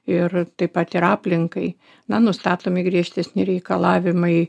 ir taip pat ir aplinkai na nustatomi griežtesni reikalavimai